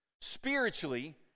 Spiritually